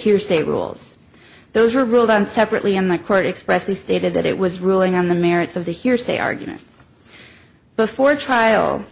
hearsay rules those were ruled on separately in the court expressly stated that it was ruling on the merits of the hearsay argument before trial